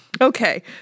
Okay